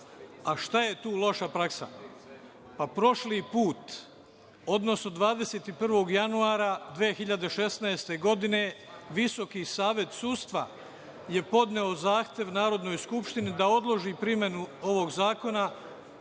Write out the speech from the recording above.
A šta je tu loša praksa? Pa, prošli put, odnosno 21. januara 2016. godine Visoki savet sudstva je podneo zahtev Narodnoj skupštini da odloži primenu ovog zakona